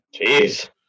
Jeez